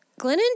glennon